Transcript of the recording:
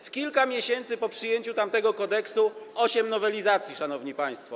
W kilka miesięcy po przyjęciu tamtego kodeksu - osiem nowelizacji, szanowni państwo.